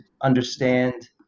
understand